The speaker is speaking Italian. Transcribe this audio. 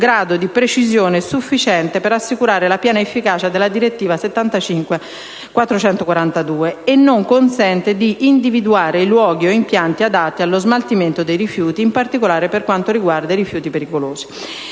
grado di precisione sufficiente per assicurare la piena efficacia della direttiva 1975/442/CE» e non consente di «individuare i luoghi o impianti adatti allo smaltimento dei rifiuti, in particolare per quanto riguarda i rifiuti pericolosi».